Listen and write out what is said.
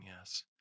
yes